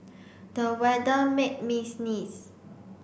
the weather made me sneeze